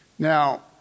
Now